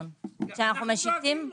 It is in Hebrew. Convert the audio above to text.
אנחנו דואגים לו.